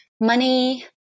money